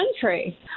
country